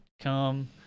come